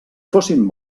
fossin